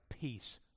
peace